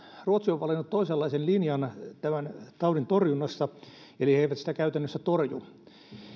ruotsi on valinnut toisenlaisen linjan tämän taudin torjunnassa eli he eivät sitä käytännössä torju